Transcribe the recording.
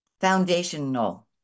foundational